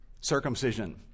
circumcision